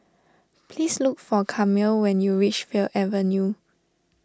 please look for Camille when you reach Fir Avenue